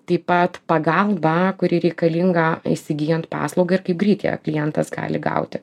taip pat pagalbą kuri reikalinga įsigyjant paslaugą ir kaip greit ją klientas gali gauti